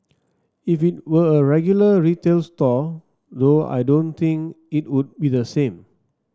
if it were a regular retail store though I don't think it would be the same